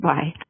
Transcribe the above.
Bye